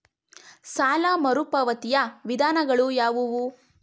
ಸಾಲ ಮರುಪಾವತಿಯ ವಿಧಾನಗಳು ಯಾವುವು?